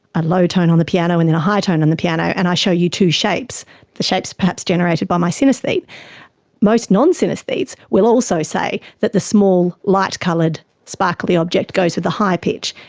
a low tone on the piano and then a high tone on the piano and i show you two shapes the shapes perhaps generated by my synaesthete most non-synaesthetes will also say that the small, light-coloured, sparkly object goes with the high pitch,